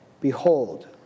Behold